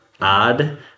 odd